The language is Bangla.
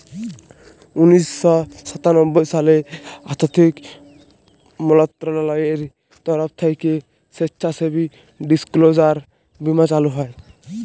উনিশ শ সাতানব্বই সালে আথ্থিক মলত্রলালয়ের তরফ থ্যাইকে স্বেচ্ছাসেবী ডিসক্লোজার বীমা চালু হয়